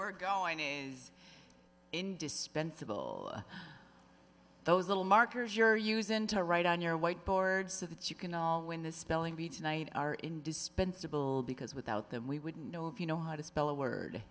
we're going to indispensable those little markers you're using to write on your white board so that you can all win the spelling bee tonight are indispensable because without them we wouldn't know if you know how to spell a word